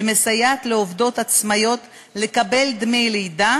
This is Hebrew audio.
שמסייעת לעובדות עצמאיות לקבל דמי לידה